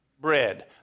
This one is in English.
bread